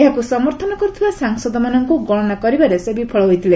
ଏହାକୁ ସମର୍ଥନ କରୁଥିବା ସାଂସଦମାନଙ୍କୁ ଗଣନା କରିବାରେ ସେ ବିଫଳ ହୋଇଥିଲେ